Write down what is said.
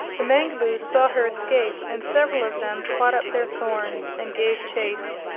the mangaboos saw her escape, and several of them caught up their thorns and gave chase,